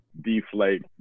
deflate